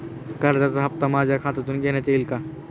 कर्जाचा हप्ता माझ्या खात्यातून घेण्यात येईल का?